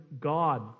God